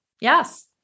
Yes